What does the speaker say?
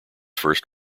first